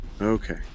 Okay